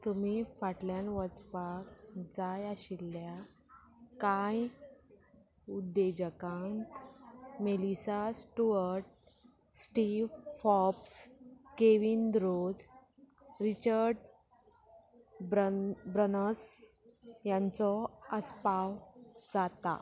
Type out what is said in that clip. तुमी फाटल्यान वचपाक जाय आशिल्ल्या कांय उद्देजकांत मेलिसा स्टुअर्ट स्टीव फॉप्स केविंद रोज रिचर्ट ब्रन ब्रनर्स ह्यांचो आसपाव जाता